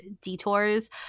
detours